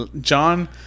John